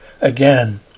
again